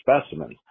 specimens